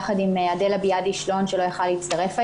יחד עם אדלה ביאדי שלון שלא יכלה להצטרף היום.